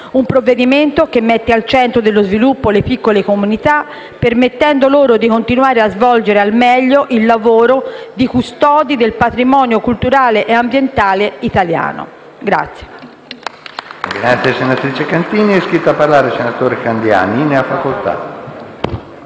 un provvedimento che mette al centro dello sviluppo le piccole comunità, permettendo loro di continuare a svolgere al meglio il lavoro di custodi del patrimonio culturale e ambientale italiano.